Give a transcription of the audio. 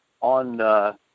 on